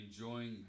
enjoying